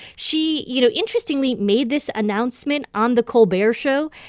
she, you know, interestingly made this announcement on the colbert show.